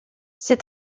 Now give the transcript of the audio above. ses